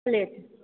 plate